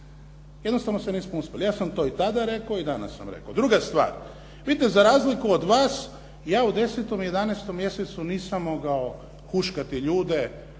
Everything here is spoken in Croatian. Jednostavno se nismo uspjeli. Ja sam to i tada rekao i danas sam rekao. Druga stvar, vidite za razliku od vas, ja u 10. i 11. mjesecu nisam mogao huškati ljude